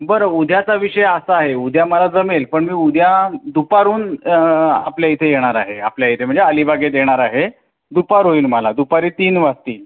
बरं उद्याचा विषय असा आहे उद्या मला जमेल पण मी उद्या दुपारहून आपल्या इथे येणार आहे आपल्या इथे म्हणजे अलिबागेत येणार आहे दुपार होईल मला दुपारी तीन वाजतील